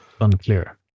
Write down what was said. Unclear